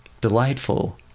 delightful